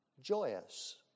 Joyous